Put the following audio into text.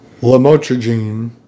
Lamotrigine